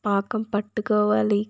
పాకం పట్టుకోవాలి